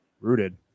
Rooted